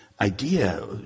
idea